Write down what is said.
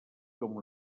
com